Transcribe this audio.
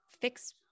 fix